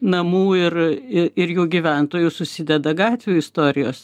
namų ir ir jų gyventojų susideda gatvių istorijos